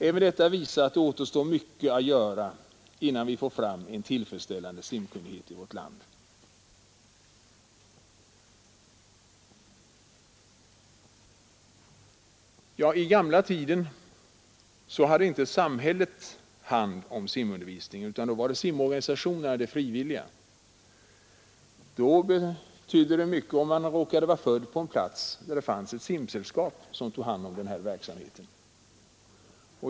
Även detta visar att det återstår mycket att göra, innan vi får fram en tillfredsställande simkunnighet i vårt land. I den gamla tiden hade inte samhället hand om simundervisningen, utan då var det de frivilliga simorganisationerna som ombesörjde denna verksamhet. Då betydde det mycket om man råkade vara född på en plats där det fanns ett simsällskap som svarade för undervisningen.